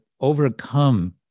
overcome